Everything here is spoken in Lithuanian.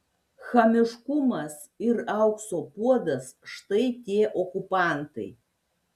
chamiškumas ir aukso puodas štai tie okupantai